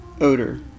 Odor